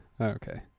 Okay